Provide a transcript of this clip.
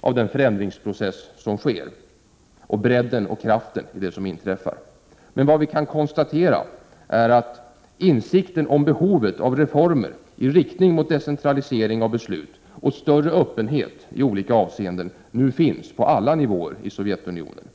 av den förändringsprocess som sker och inte tagit hänsyn till bredden och kraften i det som inträffar. Men vad vi kan konstatera är att insikten om behovet av reformer i riktning mot decentralisering av beslut och mot större öppenhet i olika avseenden nu finns på alla nivåer i Sovjetunionen.